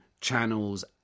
channels